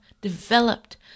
developed